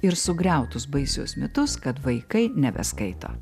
ir sugriautus baisius mitus kad vaikai nebeskaito